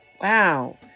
Wow